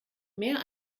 mehr